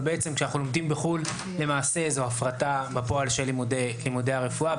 אבל כשאנחנו לומדים בחו"ל זה למעשה הפרטה בפועל של לימודי הרפואה.